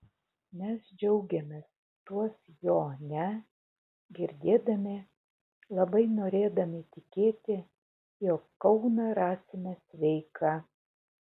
mes džiaugėmės tuos jo ne girdėdami labai norėdami tikėti jog kauną rasime sveiką